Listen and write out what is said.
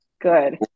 good